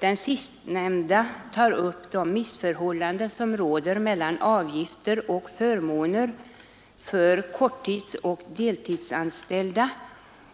Den sistnämnda motionen tar upp den nuvarande disproportionen mellan avgift och förmån för deltidsoch korttidsanställda